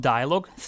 Dialogue